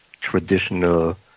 traditional